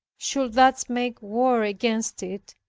should thus make war against it,